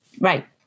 right